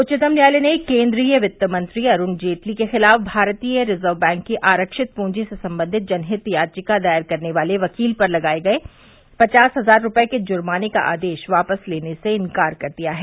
उच्चतम न्यायालय ने केन्द्रीय वित्त मंत्री अरूण जेटली के खिलाफ भारतीय रिजर्व बैंक की आरक्षित पूंजी से संबंधित जनहित याचिका दायर करने वाले वकील पर लगाये गए पचास हजार रूपये के जुर्माने का आदेश वापस लेने से इंकार कर दिया है